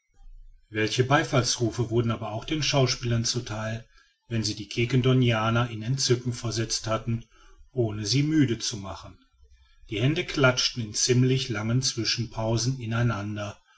welche beifallsrufe wurden aber auch den schauspielern zu theil wenn sie die quiquendonianer in entzücken versetzt hatten ohne sie müde zu machen die hände klatschten in ziemlich langen zwischenpausen in